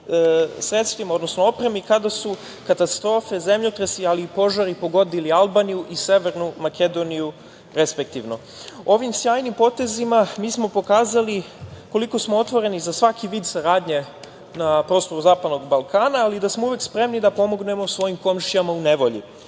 sredstvima, odnosno opremi kada su katastrofe, zemljotresi, ali i požari pogodili Albaniju i Severnu Makedoniju respektivno. Ovim sjajnim potezima, mi smo pokazali koliko smo otvoreni za svaki vid saradnje na prostoru Zapadnog Balkana, ali i da smo uvek spremni da pomognemo svojim komšijama u nevolji,